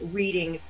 reading